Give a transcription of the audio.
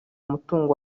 mutungo